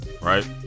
right